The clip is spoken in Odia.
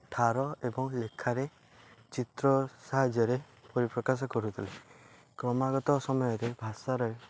ଠାର ଏବଂ ଲେଖାରେ ଚିତ୍ର ସାହାଯ୍ୟରେ ପରିପ୍ରକାଶ କରୁଥିଲେ କ୍ରମାଗତ ସମୟରେ ଭାଷାରେ